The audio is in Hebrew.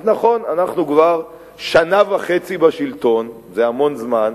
אז נכון, אנחנו כבר שנה וחצי בשלטון, זה המון זמן,